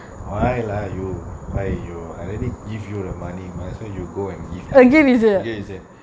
why lah you !aiyo! I already give you the money mother say you go and give money again is in